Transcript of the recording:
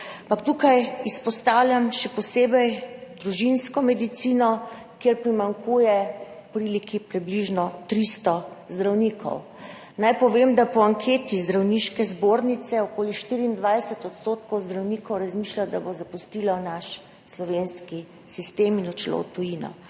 posebej izpostavljam družinsko medicino, kjer primanjkuje približno 300 zdravnikov. Naj povem, da po anketi Zdravniške zbornice okoli 24 % zdravnikov razmišlja, da bo zapustilo naš slovenski sistem in odšlo v tujino.